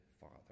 Father